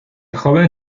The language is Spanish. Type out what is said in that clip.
joven